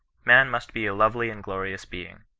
man must be a lovely and glorious being.